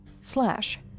slash